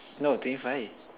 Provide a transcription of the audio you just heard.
no twenty five